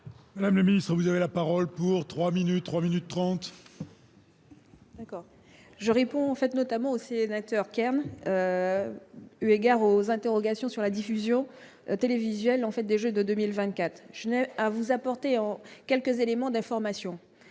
La le ministre, vous avez la parole pour 3 minutes 3 minutes 30. Je réponds : faites notamment au sénateur Kern, eu égard aux interrogations sur la diffusion télévisuelle en fait des Jeux de 2024 je ne à vous apporter en quelques éléments d'information,